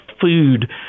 food